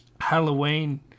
Halloween